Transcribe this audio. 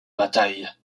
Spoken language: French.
bataille